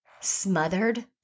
Smothered